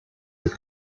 his